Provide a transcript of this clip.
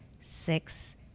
six